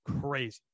Crazy